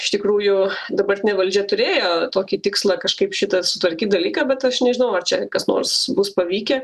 iš tikrųjų dabartinė valdžia turėjo tokį tikslą kažkaip šitą sutvarkyt dalyką bet aš nežinau ar čia kas nors bus pavykę